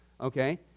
okay